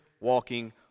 walking